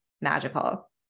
magical